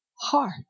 heart